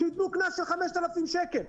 שיטילו קנס של 5,000 שקל.